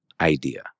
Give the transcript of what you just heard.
idea